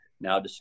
now